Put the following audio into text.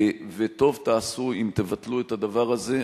וטוב תעשו אם תבטלו את הדבר הזה,